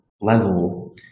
level